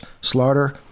slaughter